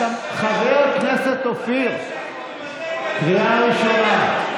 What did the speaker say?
חבר הכנסת אופיר, קריאה ראשונה.